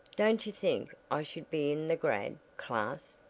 don't you think i should be in the grad. class?